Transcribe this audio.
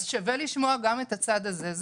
שווה לשמוע גם את הצד הזה.